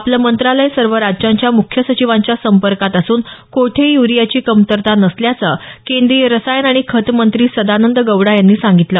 आपलं मंत्रालय सर्व राज्यांच्या मुख्य सचिवांच्या संपर्कात असून कोठेही युरियाची कमतरता नसल्याचं केंद्रीय रसायन आणि खत मंत्री सदानंद गौडा यांनी सांगितलं